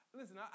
Listen